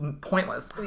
pointless